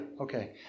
Okay